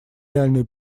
реальную